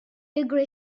figure